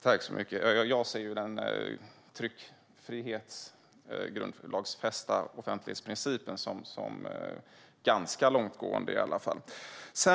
Fru talman! Jag ser i alla fall tryckfriheten och den grundlagsfästa offentlighetsprincipen som ganska långtgående.